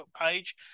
page